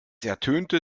ertönte